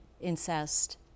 incest